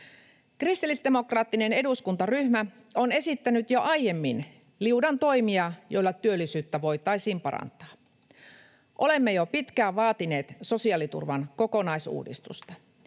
Kristillisdemokraattinen eduskuntaryhmä on esittänyt jo aiemmin liudan toimia, joilla työllisyyttä voitaisiin parantaa. Olemme jo pitkään vaatineet sosiaaliturvan kokonaisuudistusta.